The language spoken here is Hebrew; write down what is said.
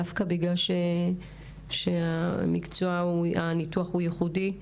דווקא בגלל שהניתוח ייחודי.